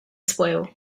spoil